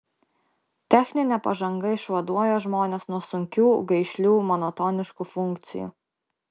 techninė pažanga išvaduoja žmones nuo sunkių gaišlių monotoniškų funkcijų